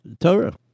Torah